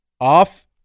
off